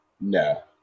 no